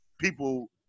people